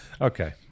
okay